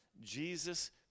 Jesus